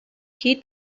qui